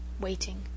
waiting